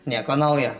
nieko naujo